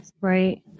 Right